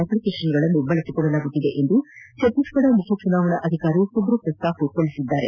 ಅಪ್ಲಿಕೇಶನ್ಗಳನ್ನು ಬಳಸಿಕೊಳ್ಳಲಾಗುತ್ತಿದೆ ಎಂದು ಛತ್ತೀಸ್ಫಡ ಮುಖ್ಯ ಚುನಾವಣಾಧಿಕಾರಿ ಸುಬ್ರತ್ ಸಾಹು ತಿಳಿಸಿದ್ದಾರೆ